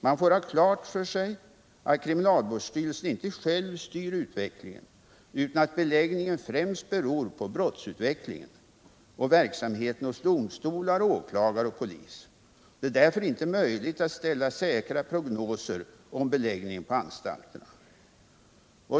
Man får ha klart för sig att kriminalvårdsstyrelsen inte själv styr utvecklingen utan att beläggningen främst beror på brottsutvecklingen samt verksamheten hos domstolar, åklagare och polis. Det är därför inte möjligt att ställa säkra prognoser om beläggningen på anstalterna.